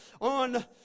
on